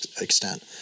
extent